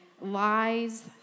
lies